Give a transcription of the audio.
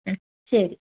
ഉം ശരി